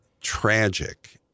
tragic